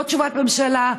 לא תשובת ממשלה,